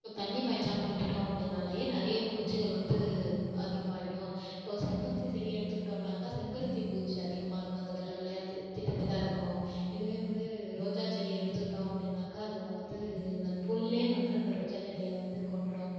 இப்போ தண்ணி பாய்ச்சாமல் விட்டுவிட்டோம் அப்படின்னாலையே நிறையே பூச்சிகள் வந்து அதிகமாயிடும் இப்போ செம்பருத்தி செடியை எடுத்துக்கிட்டோன்னாக்கா செம்பருத்தி பூச்சி அதிகமாக இருக்கும் அந்த வெள்ளை வெள்ளையாக தி திட்டு திட்டாக இருக்கும் இதுவே வந்து ரோஜாச் செடியை எடுத்துக்கிட்டோம் அப்படின்னாக்கா அதில் வந்து இந்த புல்லே வந்து அந்த ரோஜாச் செடிகளை வந்து கொன்றுடும்